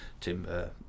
timber